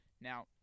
now